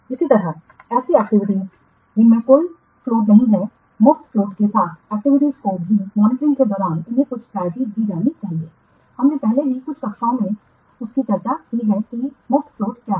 इसी तरह ऐसी एक्टिविटीयाँ जिनमें कोई फ्लोट नहीं है मुक्त फ्लोट के साथ एक्टिविटीज को भी मॉनिटरिंग के दौरान उन्हें कुछ प्रायोरिटी दी जानी चाहिए हमने पहले ही कुछ कक्षाओं में उसकी चर्चा की है कि मुफ्त फ्लोट क्या है